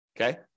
Okay